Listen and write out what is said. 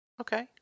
Okay